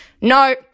No